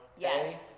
yes